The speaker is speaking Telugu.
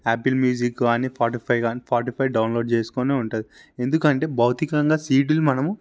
యాపిల్ మ్యూజిక్ కానీ స్పాటిఫై కానీ స్పాటిఫై డౌన్లోడ్ చేసుకుని ఉంటుంది ఎందుకంటే భౌతికంగా సీడీలు మనము